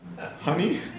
honey